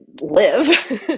live